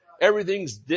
everything's